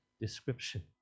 description